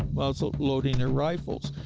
muzzle loading their rifles.